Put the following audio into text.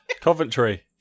Coventry